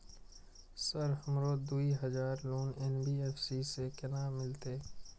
Sir हमरो दूय हजार लोन एन.बी.एफ.सी से केना मिलते?